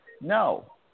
No